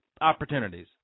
opportunities